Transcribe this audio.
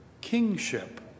kingship